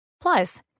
Plus